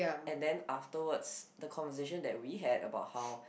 and then afterwards the conversation that we had about how